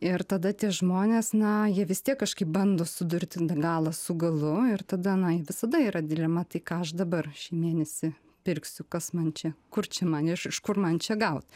ir tada tie žmonės na jie vis tiek kažkaip bando sudurti galą su galu ir tada na visada yra dilema tai ką aš dabar šį mėnesį pirksiu kas man čia kur čia man iš iš kur man čia gaut